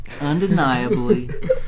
undeniably